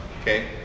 Okay